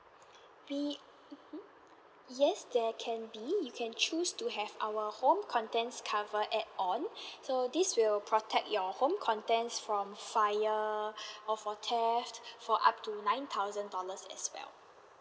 fee mmhmm yes there can be you can choose to have our home contents cover add on so this will protect your home contents from fire or for theft for up to nine thousand dollars as well